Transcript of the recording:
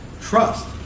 Trust